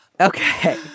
Okay